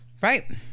Right